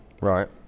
right